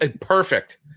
Perfect